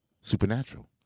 Supernatural